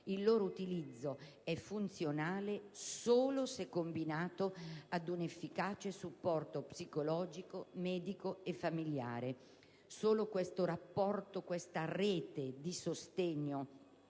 il loro utilizzo è funzionale solo se combinato ad un efficace supporto psicologico, medico e familiare. È questo rapporto, questa rete di sostegno